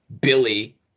billy